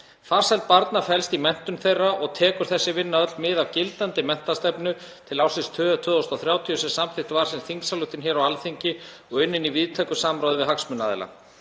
Farsæld barna felst í menntun þeirra og tekur þessi vinna öll mið af gildandi menntastefnu til ársins 2030 sem samþykkt var sem þingsályktun hér á Alþingi og unnin í víðtæku samráði við hagsmunaaðila.